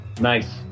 Nice